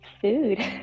food